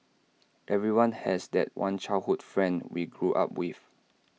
everyone has that one childhood friend we grew up with